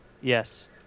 Yes